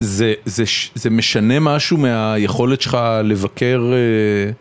זה זה משנה משהו מהיכולת שלך לבקר...